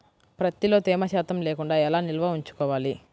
ప్రత్తిలో తేమ శాతం లేకుండా ఎలా నిల్వ ఉంచుకోవాలి?